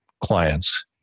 clients